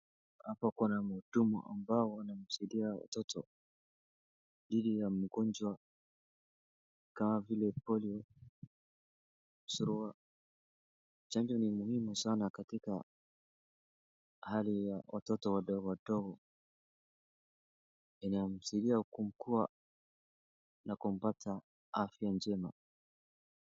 Hapa kuna mhudumu ambao wanamsaidia mtoto dhidi ya magonjwa kama vile polio, surua. Chanjo ni muhimu sana katika hali ya watoto wadogo wadogo, inamsaidia kukua na kupata afya njema.